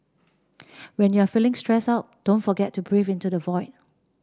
when you are feeling stressed out don't forget to breathe into the void